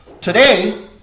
Today